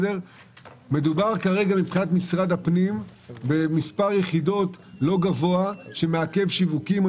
מדובר כרגע במספר יחידות לא גבוה שמעכב שיווקים.